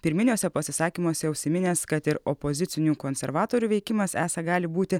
pirminiuose pasisakymuose užsiminęs kad ir opozicinių konservatorių veikimas esą gali būti